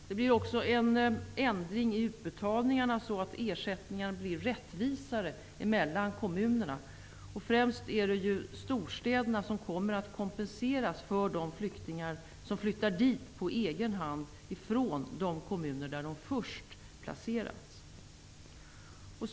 Det blir också en ändring i utbetalningarna så att ersättningarna blir rättvisare mellan kommunerna. Främst är det storstäderna som kommer att kompenseras för de flyktingar som flyttar dit på egen hand från de kommuner där de först placerades.